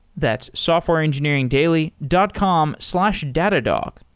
that's softwareengineeringdaily dot com slash datadog.